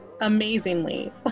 amazingly